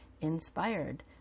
inspired